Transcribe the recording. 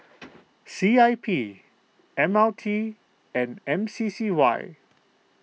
C I P M R T and M C C Y